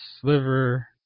sliver